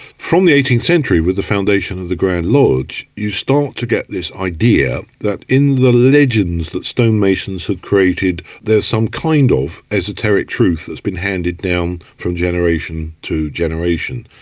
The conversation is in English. from the eighteenth century, with the foundation of the grand lodge, you start to get this idea that in the legends that stonemasons had created, there's some kind of esoteric truth that's been handed down from generation to generation.